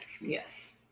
Yes